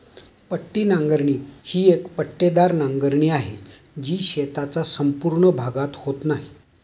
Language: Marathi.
पट्टी नांगरणी ही एक पट्टेदार नांगरणी आहे, जी शेताचा संपूर्ण भागात होत नाही